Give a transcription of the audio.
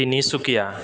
Tinsukia